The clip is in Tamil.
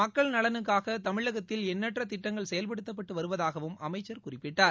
மக்கள் நலனுக்காக தமிழகத்தில் எண்ணற்ற திட்டங்கள் செயல்படுத்தப்பட்டு வருவதாகவும் அமைச்சர் குறிப்பிட்டார்